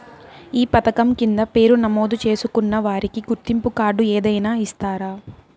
ఈ పథకం కింద పేరు నమోదు చేసుకున్న వారికి గుర్తింపు కార్డు ఏదైనా ఇస్తారా?